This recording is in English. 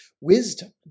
wisdom